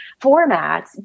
formats